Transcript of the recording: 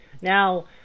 Now